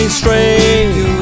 straight